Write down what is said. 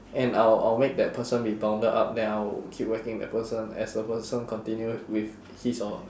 and I'll I'll make that person be bounded up then I will keep whacking that person as the person continue with his or